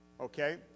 okay